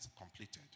completed